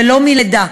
ולא מלידה.